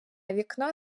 вікно